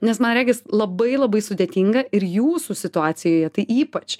nes man regis labai labai sudėtinga ir jūsų situacijoje tai ypač